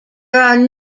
are